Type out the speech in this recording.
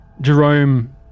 Jerome